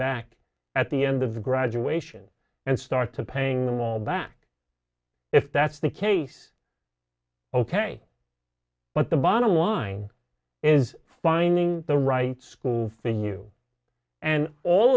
back at the end of the graduation and start to paying them all back if that's the case ok but the bottom line is finding the right school for you and all